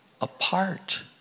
apart